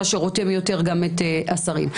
מה שרותם יותר גם את יתר השרים.